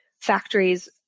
factories